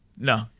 No